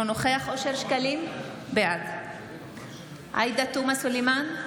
אינו נוכח אושר שקלים, בעד עאידה תומא סלימאן,